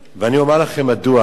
ואני אומר לכם מדוע,